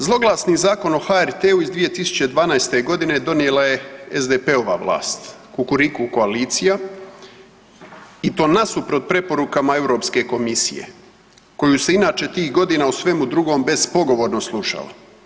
Zloglasni Zakon o HRT-u iz 2012. godine donijela je SDP-ova vlast, Kukuriku koalicija i to nasuprot preporukama Europske komisije koju se inače tih godina u svemu drugom bespogovorno slušalo.